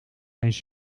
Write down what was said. eens